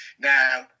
Now